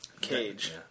cage